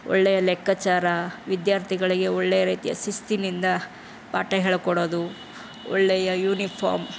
ಒಳ್ಳೆಯ ಲೆಕ್ಕಾಚಾರ ವಿದ್ಯಾರ್ಥಿಗಳಿಗೆ ಒಳ್ಳೆಯ ರೀತಿಯ ಶಿಸ್ತಿನಿಂದ ಪಾಠ ಹೇಳಿಕೊಡೋದು ಒಳ್ಳೆಯ ಯೂನಿಫಾರ್ಮ್